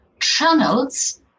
channels